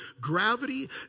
gravity